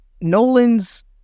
Nolan's